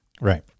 right